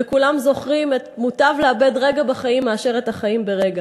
וכולם זוכרים את "מוטב לאבד רגע בחיים מאשר את החיים ברגע".